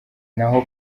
naho